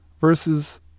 versus